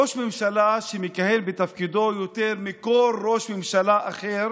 ראש ממשלה שמכהן בתפקידו יותר מכל ראש ממשלה אחר